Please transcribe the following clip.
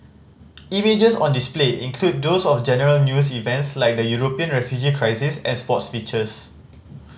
images on display include those of general news events like the European refugee crisis and sports features